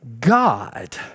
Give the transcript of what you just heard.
God